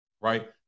Right